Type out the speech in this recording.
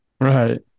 Right